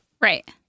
right